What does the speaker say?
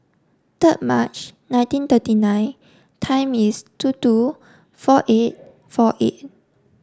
third March nineteen thirty nine time is two two four eight four eight